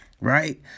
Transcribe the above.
right